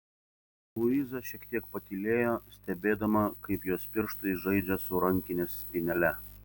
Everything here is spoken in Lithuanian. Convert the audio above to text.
luiza šiek tiek patylėjo stebėdama kaip jos pirštai žaidžia su rankinės spynele